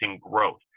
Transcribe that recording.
growth